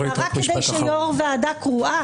רק כדי שיו"ר ועדה קרואה,